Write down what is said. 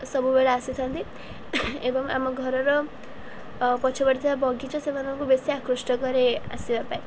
ସବୁବେଳେ ଆସିଥାନ୍ତି ଏବଂ ଆମ ଘରର ପଛ ପଟେ ଥିବା ବଗିଚା ସେମାନଙ୍କୁ ବେଶୀ ଆକୃଷ୍ଟ କରେ ଆସିବା ପାଇଁ